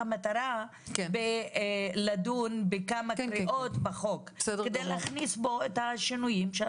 שהמטרה היא לדון בכמה קריאות בחוק כדי להכניס בו את השינויים.